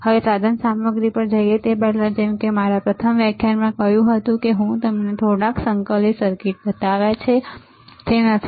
હવે આપણે સાધનસામગ્રી પર જઈએ તે પહેલાં જેમ કે મેં મારા પ્રથમ વ્યાખ્યાનમાં કહ્યું હતું મેં તમને થોડા સંકલિત સર્કિટ બતાવ્યા છે તે નથી